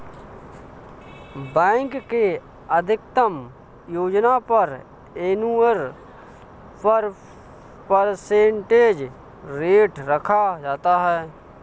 bank के अधिकतम योजना पर एनुअल परसेंटेज रेट रखा जाता है